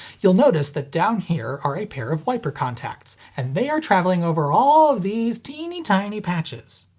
you'll notice that down here are a pair of wiper contacts, and they are travelling over all of these teeny tiny patches.